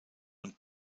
und